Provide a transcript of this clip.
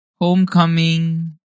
Homecoming